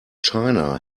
china